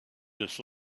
this